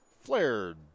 Flared